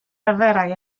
arferai